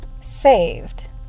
saved